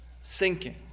sinking